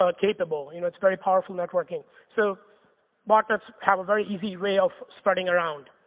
ah capable. you know it's very powerful networking. so botnets have a very easy way of spreading around.